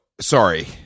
sorry